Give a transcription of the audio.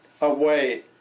away